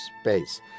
space